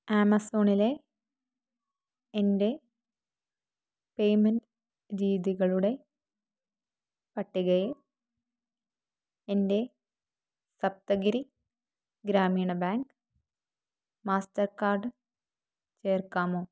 ആമസോണിലെ എൻ്റെ പെയ്മെൻറ്റ് രീതികളുടെ പട്ടികയിൽ എൻ്റെ Saptagiri Grameena bank master card ചേർക്കാമോ